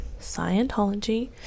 Scientology